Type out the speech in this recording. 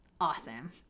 awesome